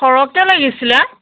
সৰহকৈ লাগিছিলে